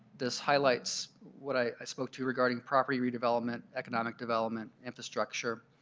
this highlights what i spoke to regarding property redevelopment, economic development, infrastructure,